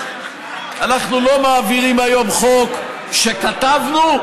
אנחנו לא מעבירים היום חוק שכתבנו,